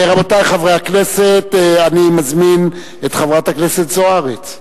רבותי חברי הכנסת, אני מזמין את חברת הכנסת זוארץ,